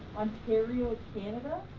ontario, canada?